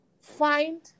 find